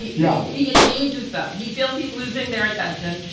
yeah. he engages them. he feels he's losing their attention.